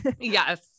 Yes